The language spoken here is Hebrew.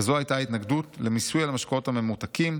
כזו הייתה ההתנגדות למיסוי על המשקאות הממותקים,